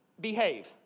behave